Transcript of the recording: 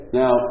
now